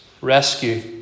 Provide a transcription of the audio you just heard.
rescue